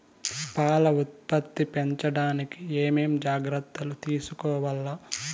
పాల ఉత్పత్తి పెంచడానికి ఏమేం జాగ్రత్తలు తీసుకోవల్ల?